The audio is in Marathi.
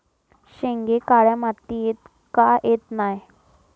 शेंगे काळ्या मातीयेत का येत नाय?